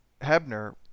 Hebner